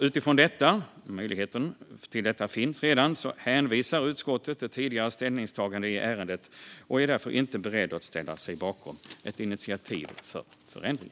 Utifrån att möjligheten till detta redan finns hänvisar utskottet till ett tidigare ställningstagande i ärendet och är därför inte berett att ställa sig bakom ett initiativ till förändring.